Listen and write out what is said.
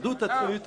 עולמית,